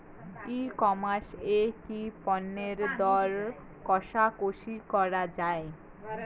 ই commerce এ কি পণ্যের দর কশাকশি করা য়ায়?